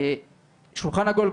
שולחן עגול,